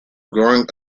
growing